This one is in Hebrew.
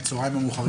בצוהריים המאוחרים.